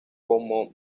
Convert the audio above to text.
como